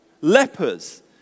lepers